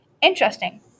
Interesting